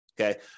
okay